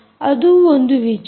ಅದು ಒಂದು ವಿಚಾರ